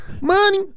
money